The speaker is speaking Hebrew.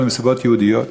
אלא מסיבות יהודיות.